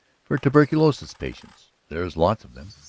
for tuberculosis patients. there are lots of them,